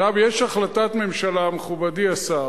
עכשיו, יש החלטת ממשלה, מכובדי השר,